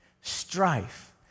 strife